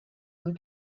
and